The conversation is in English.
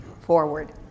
forward